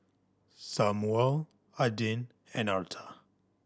Samual Adin and Arta